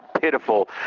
pitiful